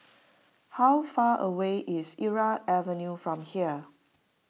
how far away is Irau Avenue from here